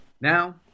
Now